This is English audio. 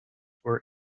were